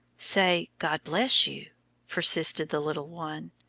say, god bless you persisted the little one,